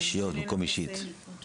"אישיות", במקום "אישית".